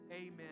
amen